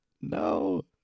No